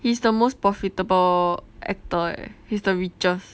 he's the most profitable actor eh he's the richest